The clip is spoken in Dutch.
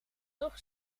toch